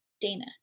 Dana